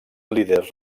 líders